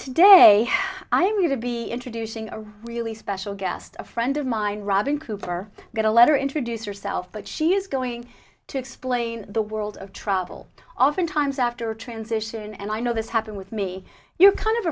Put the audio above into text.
today i am you to be introducing a really special guest a friend of mine robyn cooper got a letter introduced herself but she is going to explain the world of trouble oftentimes after transition and i know this happened with me you're kind of